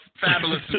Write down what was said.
Fabulous